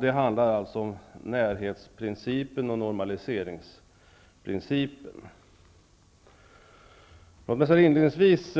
Det handlar alltså om närhetsprincipen och normaliseringsprincipen. Låt mig inledningsvis